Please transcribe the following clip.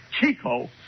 Chico